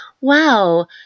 wow